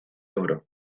oro